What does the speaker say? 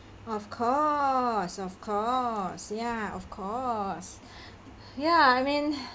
of course of course ya of course ya I mean